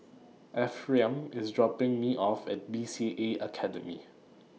Ephriam IS dropping Me off At B C A Academy